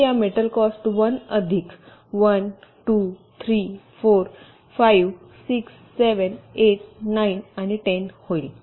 तर या metal cost 1 अधिक 1 2 3 4 5 6 7 8 9 आणि 10 होईल